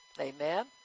Amen